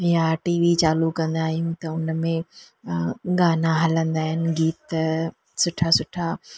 यां TV चालू कंदा आहियूं त उन में गाना हलंदा आहिनि गीत सुठा सुठा